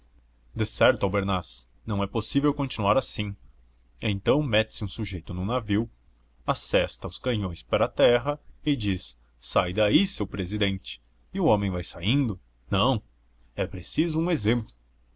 o trovador decerto albernaz não é possível continuar assim então mete-se um sujeito num navio assesta os canhões pra terra e diz sai daí seu presidente e o homem vai saindo não é preciso um exemplo